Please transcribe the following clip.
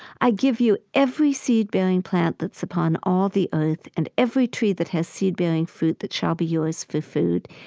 i give you every seed-bearing plant that's upon all the earth and every tree that has seed-bearing fruit that shall be yours for food.